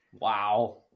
Wow